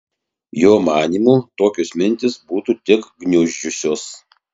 jo manymu tokios mintys būtų tik gniuždžiusios